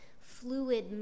fluid